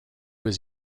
his